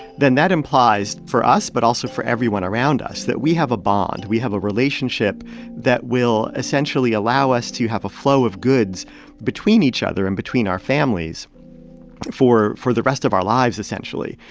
then that implies for us, but also for everyone around us that, we have a bond. we have a relationship that will essentially allow us to have a flow of goods between each other and between our families for for the rest of our lives, essentially.